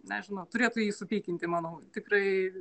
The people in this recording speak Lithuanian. nežinau turėtų jį supykinti manau tikrai